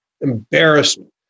embarrassment